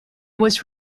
was